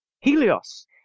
Helios